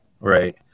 right